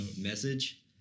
message